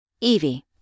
Evie